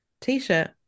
t-shirt